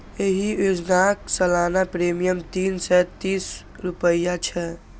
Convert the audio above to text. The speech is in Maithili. एहि योजनाक सालाना प्रीमियम तीन सय तीस रुपैया छै